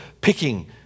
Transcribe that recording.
picking